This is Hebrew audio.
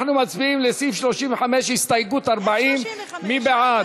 אנחנו מצביעים על סעיף 35, הסתייגות 40. מי בעד?